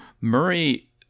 Murray